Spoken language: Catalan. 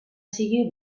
sigui